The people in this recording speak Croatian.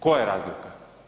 Koja je razlika?